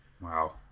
wow